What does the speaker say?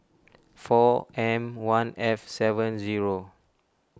four M one F seven zero